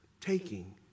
taking